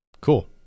Cool